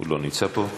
הוא לא נמצא פה.